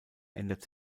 ändert